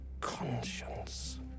conscience